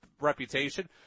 reputation